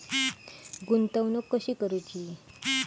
गुंतवणूक कशी करूची?